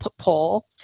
poll